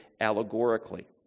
allegorically